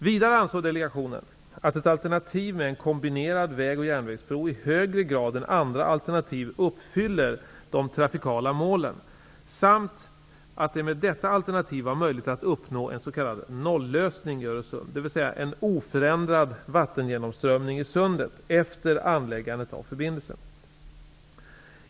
Vidare ansåg delegationen att ett alternativ med en kombinerad väg och järnvägsbro i högre grad än andra alternativ uppfyller de trafikala målen samt att det med detta alternativ var möjligt att uppnå en s.k. nollösning i Öresund, dvs. en oförändrad vattengenomströmning i sundet efter anläggandet av förbindelsen.